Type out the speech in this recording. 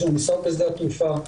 יש לנו משרד בשדה התעופה,